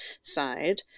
side